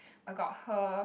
got her